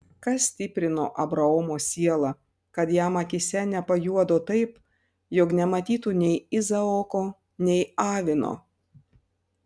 kas stiprino abraomo sielą kad jam akyse nepajuodo taip jog nematytų nei izaoko nei avino